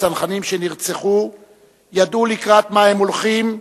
הצנחנים שנרצחו ידעו לקראת מה הם הולכים,